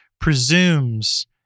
presumes